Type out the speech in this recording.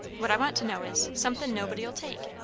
what i want to know is, somethin' nobody'll take.